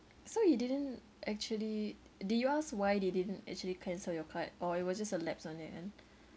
so you didn't actually did you ask why they didn't actually cancel your card or it was just a lapse on it and